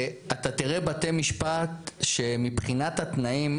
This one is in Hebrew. אתה תראה בתי משפט שמבחינת התנאים,